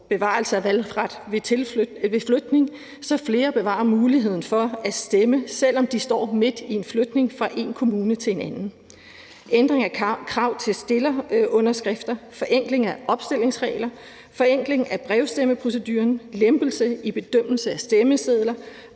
bevarelse af valgretten ved flytning, så flere bevarer muligheden for at stemme, selv om de står midt i en flytning fra én kommune til en anden, ændring af krav til stillerunderskrifter, forenkling af opstillingsregler, forenkling af brevstemmeproceduren, lempelse i bedømmelse af stemmesedler,